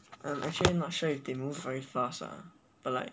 I'm actually not sure if they move very fast ah but like